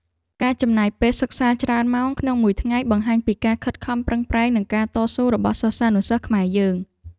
ការចំណាយពេលសិក្សាច្រើនម៉ោងក្នុងមួយថ្ងៃបង្ហាញពីភាពខិតខំប្រឹងប្រែងនិងការតស៊ូរបស់សិស្សានុសិស្សខ្មែរយើង។